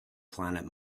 planet